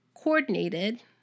coordinated